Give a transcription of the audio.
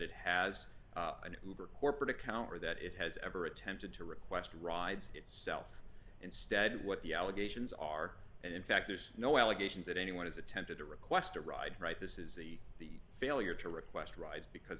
it has an over corporate account or that it has ever attempted to request rides itself instead what the allegations are and in fact there's no allegations that anyone has attempted to request a ride right this is the failure to request rides because